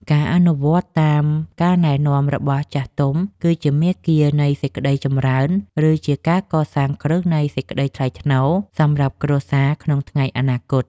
ការអនុវត្តតាមការណែនាំរបស់ចាស់ទុំគឺជាមាគ៌ានៃសេចក្តីចម្រើន ឬ ជាការកសាងគ្រឹះនៃសេចក្តីថ្លៃថ្នូរសម្រាប់គ្រួសារក្នុងថ្ងៃអនាគត។